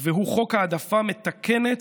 זהו חוק העדפה מתקנת